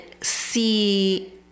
see